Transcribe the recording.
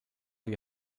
die